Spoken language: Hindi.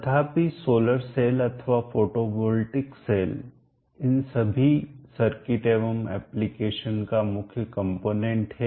तथापि सोलर सेल अथवा फोटोवॉल्टिक सेल इन सभी सर्किट एवं एप्लीकेशन का मुख्य कंपोनेंट अवयव है